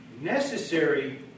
necessary